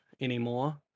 anymore